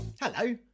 Hello